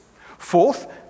Fourth